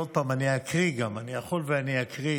ואני אקריא,